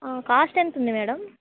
cost ఎంత ఉంది madam